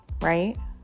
right